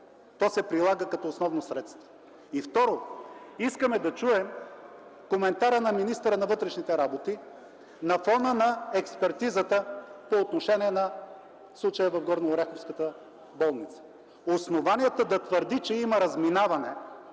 То се прилага като основно средство. И второ, искаме да чуем коментара на министъра на вътрешните работи на фона на експертизата по отношение на случая в горнооряховската болница. Да чуем основанията да твърди, че има разминаване